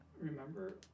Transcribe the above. Remember